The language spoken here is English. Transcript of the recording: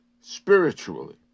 spiritually